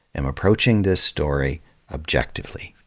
am approaching this story objectively.